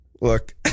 Look